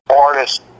artist